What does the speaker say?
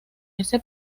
ese